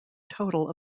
total